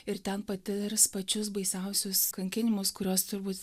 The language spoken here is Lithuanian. ir ten patirs pačius baisiausius kankinimus kuriuos turbūt